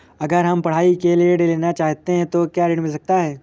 अगर हम पढ़ाई के लिए ऋण लेना चाहते हैं तो क्या ऋण मिल सकता है?